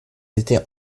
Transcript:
était